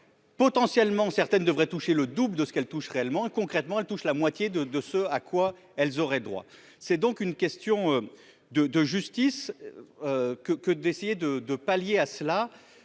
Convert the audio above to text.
potentiellement certaines devrait toucher le double de ce qu'elles touchent réellement et concrètement, elle touche la moitié de de ce à quoi elles auraient droit, c'est donc une question de de justice que que d'essayer de de pallier à cela